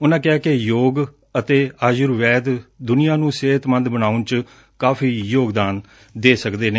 ਉਨੂਾ ਕਿਹਾ ਕਿ ਯੋਗ ਅਤੇ ਆਯੁਰਵੈਦ ਦੁਨੀਆਂ ਨੂੰ ਸਿਹਤਮੰਦ ਬਣਾਉਣ ਚ ਕਾਫ਼ੀ ਯੋਗਦਾਨ ਦੇ ਸਕਦਾ ਏ